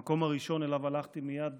המקום הראשון שאליו הלכתי מייד